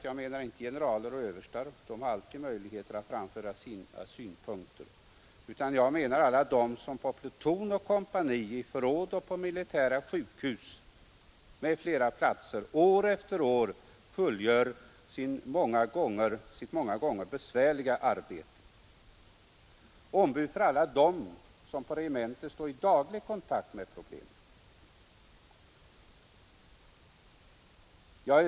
Jag menar inte generaler och överstar de har alltid möjligheter att framföra sina synpunkter utan jag menar dem som på pluton och kompani, i förråd och på militära sjukhus m.fl. platser år efter år fullgör sitt många gånger besvärliga arbete, alltså ombud för alla dem som på regementena står i daglig kontakt med problemen.